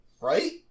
Right